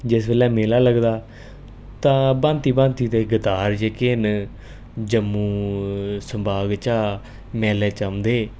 जिस बेल्लै मेला लगदा तां भांती भांती दे गतार जेह्के न जम्मू संबा बिच्चा मेले च औंदे